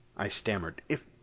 i stammered, if.